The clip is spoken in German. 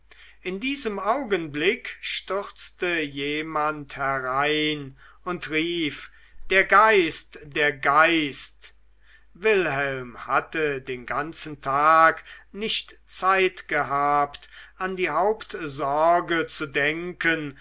in diesem augenblick stürzte jemand herein und rief der geist der geist wilhelm hatte den ganzen tag nicht zeit gehabt an die hauptsorge zu denken